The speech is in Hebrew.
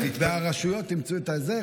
הרשויות אימצו את זה,